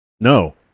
No